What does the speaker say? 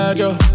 girl